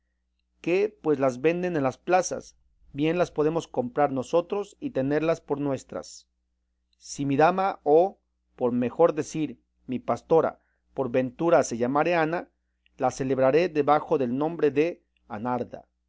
que pues las venden en las plazas bien las podemos comprar nosotros y tenerlas por nuestras si mi dama o por mejor decir mi pastora por ventura se llamare ana la celebraré debajo del nombre de anarda